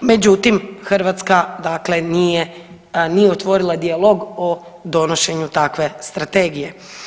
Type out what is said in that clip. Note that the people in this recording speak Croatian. Međutim, Hrvatska dakle nije otvorila dijalog o donošenju takve strategije.